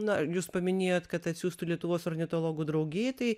na jūs paminėjot kad atsiųstų lietuvos ornitologų draugijai tai